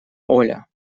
оля